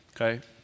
Okay